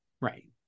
Right